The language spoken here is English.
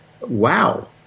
wow